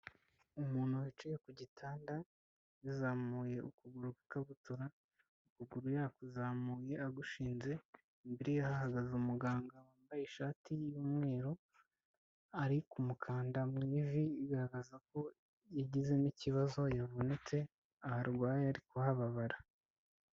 Umuntu wicaye ku gitanda, yazamuye ukuguru kw'ikabutura, ukuguru yakuzamuye agushinze, imbere ye hahagaze umuganga wambaye ishati y'umweru, ari kumukanda mu ivi bigaragaza ko yagizemo ikibazo, yavunitse aharwaye ari kuhababara.